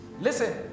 Listen